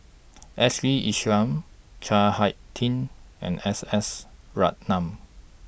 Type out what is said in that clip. Ashley Isham Chao High Tin and S S Ratnam